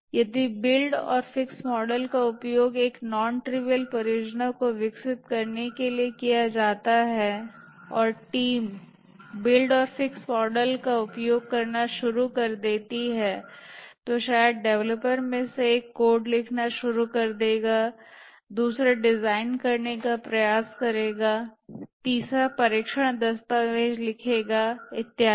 यदि बिल्ड और fixed model का उपयोग एक नॉन ट्रिविअल परियोजना को विकसित करने के लिए किया जाता है और टीम बिल्ड और फिक्स मॉडल का उपयोग करना शुरू कर देती है तो शायद डेवलपर्स में से एक कोड लिखना शुरू कर देगा दूसरा डिजाइन करने का प्रयास करेगा तीसरा परीक्षण दस्तावेज़ लिखेगा इत्यादि